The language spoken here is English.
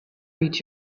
read